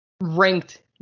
ranked